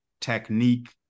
technique